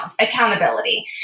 accountability